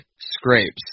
scrapes